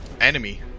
enemy